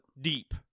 deep